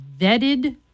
vetted